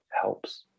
helps